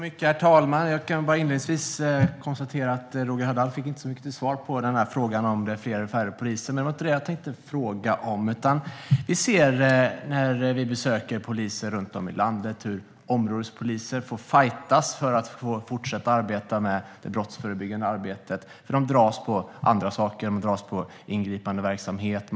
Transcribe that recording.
Herr talman! Jag kan inledningsvis konstatera att Roger Haddad inte fick mycket till svar på frågan om det är fler eller färre poliser. Men det var inte det jag tänkte fråga om. När vi besöker poliser runt om i landet ser vi hur områdespoliser får fajtas för att få fortsätta arbeta med det brottsförebyggande arbetet. De dras till andra saker. De dras till ingripandeverksamhet.